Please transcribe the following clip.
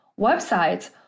websites